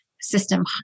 system